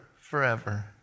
forever